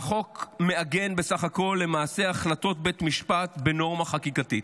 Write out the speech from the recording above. והחוק למעשה בסך הכול מעגן החלטות בית משפט בנורמה חקיקתית.